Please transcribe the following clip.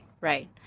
right